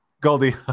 goldie